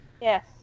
Yes